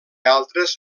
altres